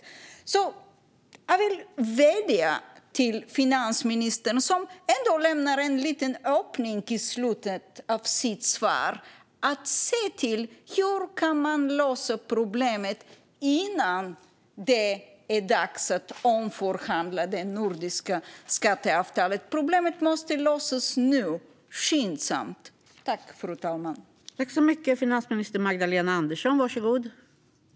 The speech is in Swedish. Jag vill vädja till finansministern, som ändå lämnar en liten öppning i slutet av sitt svar, om att se hur man kan lösa problemet innan det är dags att omförhandla det nordiska skatteavtalet. Problemet måste lösas skyndsamt.